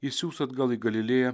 išsiųs atgal į galilėją